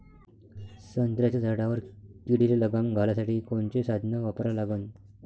संत्र्याच्या झाडावर किडीले लगाम घालासाठी कोनचे साधनं वापरा लागन?